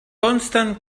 consten